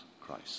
Christ